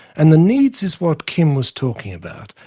and the needs is what kim was talking about,